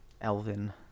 Elvin